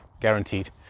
guaranteed